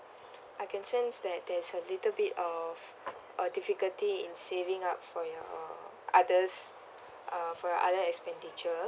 I can sense that there's a little bit of a difficulty in saving up for your others uh for your other expenditure